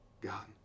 God